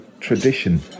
tradition